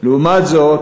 לעומת זאת,